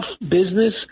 business